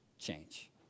Change